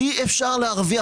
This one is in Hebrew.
אי אפשר להרוויח.